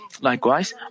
Likewise